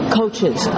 coaches